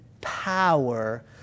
power